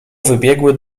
wybiegły